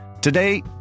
Today